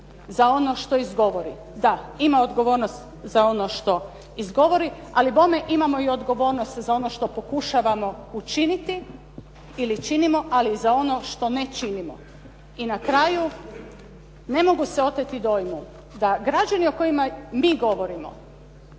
za ono što izgovori. Da ima odgovornost za ono što izgovori, ali bome imamo i odgovornost za ono što pokušavamo učiniti ili činimo ali i za ono što ne činimo. I na kraju ne mogu se oteti dojmu da građani o kojima mi govorimo